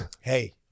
Hey